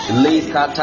lisa